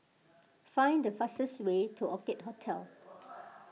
find the fastest way to Orchid Hotel